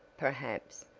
perhaps,